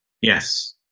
Yes